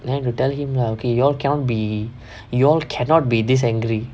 then you tell him lah okay you all cannot be you all cannot be this angry